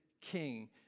king